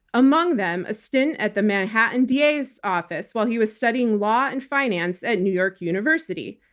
among them a stint at the manhattan da's office while he was studying law and finance at new york university.